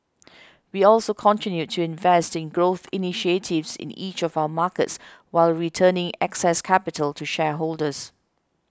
we also continued to invest in growth initiatives in each of our markets while returning excess capital to shareholders